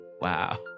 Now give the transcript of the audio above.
Wow